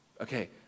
Okay